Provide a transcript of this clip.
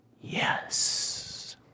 yes